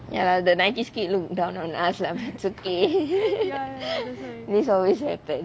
ya lah the nineties kid look down on us lah but it's okay this always happens